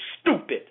stupid